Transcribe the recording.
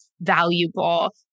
valuable